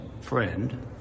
friend